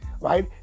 right